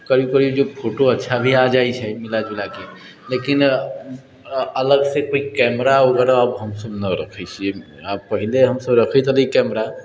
करीब करीब जे फोटो अच्छा भी आबि जाइ छै मिला जुलाके लेकिन अलगसँ कोइ कैमरा वगैरह हमसब नहि रखै छिऐ हँ पहिले हमसब रखैत रहली हँ कैमरा